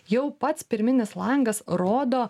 jau pats pirminis langas rodo